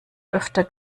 öfter